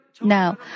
Now